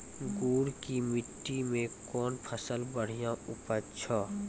गुड़ की मिट्टी मैं कौन फसल बढ़िया उपज छ?